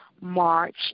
march